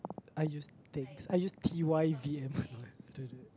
I used thanks I used T_Y_V_M